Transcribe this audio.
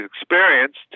experienced